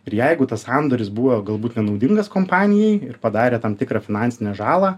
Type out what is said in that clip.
ir jeigu tas sandoris buvo galbūt nenaudingas kompanijai ir padarė tam tikrą finansinę žalą